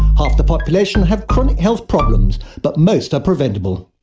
half the population have chronic health problems, but most are preventable.